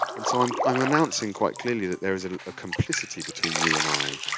and so, i'm i'm announcing quite clearly that there is a ah complicity between you and i,